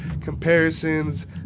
comparisons